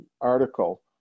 article